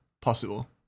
possible